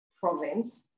province